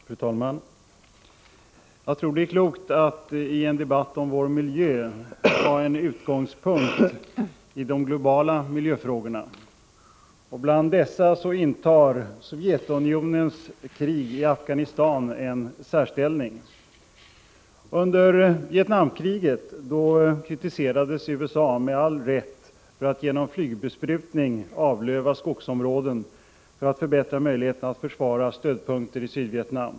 Fru talman! Jag tror att det är klokt att i en debatt om vår miljö ha en utgångspunkt i de globala miljöfrågorna. Bland dessa intar Sovjetunionens krig i Afghanistan en särställning. Under Vietnamkriget kritiserades USA med all rätt för att genom flygbesprutning avlöva skogsområden för att förbättra möjligheterna att försvara stödpunkter i Sydvietnam.